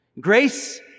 Grace